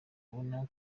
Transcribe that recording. ubona